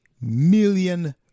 million